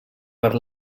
per